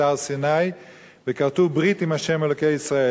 הר-סיני וכרתו ברית עם ה' אלוקי ישראל.